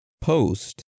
post